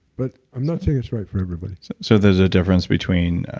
but i'm not saying it's right for everybody so, there's a difference between